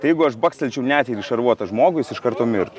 jeigu aš bakstelčiau net ir į šarvuotą žmogų jis iš karto mirtų